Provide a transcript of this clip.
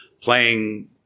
playing